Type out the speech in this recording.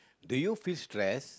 do you feel stress